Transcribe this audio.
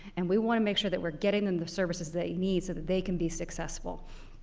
and we want to make sure that we're getting them the services they need so that they can be successful.